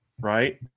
right